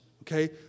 Okay